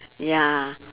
ya